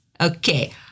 Okay